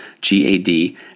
G-A-D